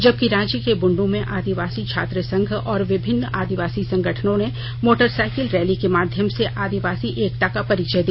जबकि रांची के बूंड् में आदिवासी छात्र संघ और विभिन्न आदिवासी संगठनों ने मोटरसाईकिल रैली के माध्यम से आदिवासी एकता का परिचय दिया